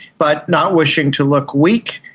but, not wishing to look weak,